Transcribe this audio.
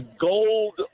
gold